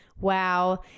Wow